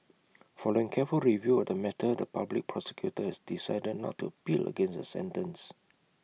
following careful review of the matter the Public Prosecutor has decided not to appeal against the sentence